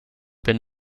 been